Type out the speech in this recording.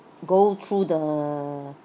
go through the